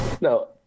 no